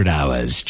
Hours